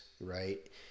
right